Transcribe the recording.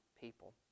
people